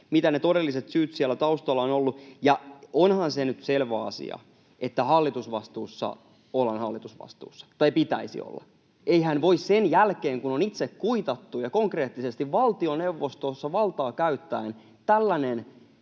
mitkä ne todelliset syyt siellä taustalla ovat olleet. Ja onhan se nyt selvä asia, että hallitusvastuussa ollaan hallitusvastuussa, tai pitäisi olla. Eihän voi sen jälkeen, kun on itse kuitattu ja konkreettisesti valtioneuvostossa valtaa käyttäen tällainen